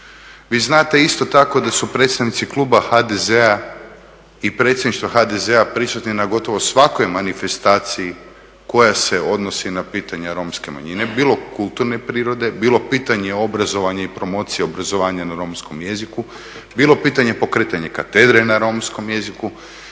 Vi znate isto tako da su predstavnici kluba HDZ-a i predsjedništva HDZ-a prisutni na gotovo svakoj manifestaciji koja se odnose na pitanje Romske manjine, bilo kulturne prirode, bilo pitanje obrazovanja i promocije obrazovanja na romskom jeziku, bilo pitanje pokretanja katedre na romskom jeziku,